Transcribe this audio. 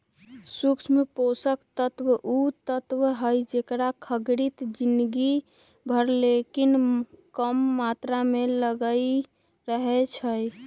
सूक्ष्म पोषक तत्व उ तत्व हइ जेकर खग्गित जिनगी भर लेकिन कम मात्र में लगइत रहै छइ